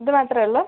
ഇത് മാത്രെ ഉള്ളു